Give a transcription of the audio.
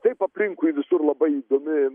taip aplinkui visur labai įdomi